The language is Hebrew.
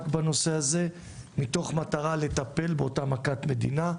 בנושא הזה מתוך מטרה לטפל באותה מכת מדינה,